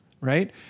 right